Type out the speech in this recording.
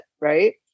right